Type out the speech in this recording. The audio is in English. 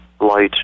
light